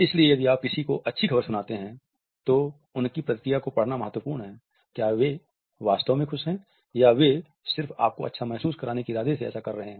इसलिए यदि आप किसी को अच्छी खबर सुनाते हैं तो उनकी प्रतिक्रिया को पढ़ना महत्वपूर्ण है क्या वे वास्तव में खुश हैं या वे सिर्फ आपको अच्छा महसूस कराने के इरादे से ऐसा कर रहे हैं